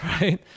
right